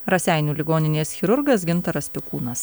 raseinių ligoninės chirurgas gintaras pikūnas